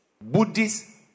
Buddhist